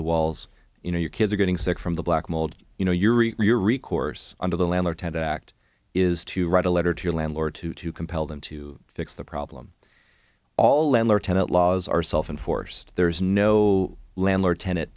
the walls you know your kids are getting sick from the black mold you know you're your recourse under the landlord had to act is to write a letter to your landlord to compel them to fix the problem all landlord tenant laws are self inforced there is no landlord tenant